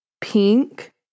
pink